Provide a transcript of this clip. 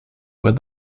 where